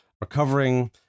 recovering